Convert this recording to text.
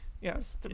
Yes